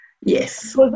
Yes